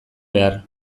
behar